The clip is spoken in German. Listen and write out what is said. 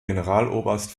generaloberst